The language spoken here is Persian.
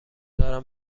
دارم